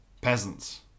peasants